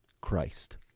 Christ